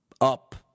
up